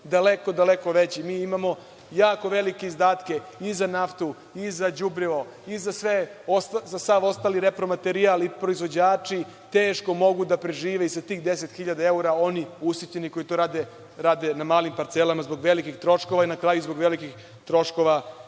daleko, daleko veći. Mi imamo jako velike izdatke i za naftu, i za đubrivo, i za sav ostali repromaterijal, i proizvođači teško mogu da prežive i sa tih 10.000 evra, oni usitnjeni koji to rade na malim parcelama zbog velikih troškova, i na kraju zbog velikih troškova